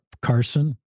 Carson